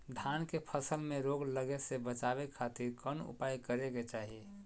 धान के फसल में रोग लगे से बचावे खातिर कौन उपाय करे के चाही?